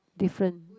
different